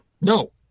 No